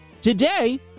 Today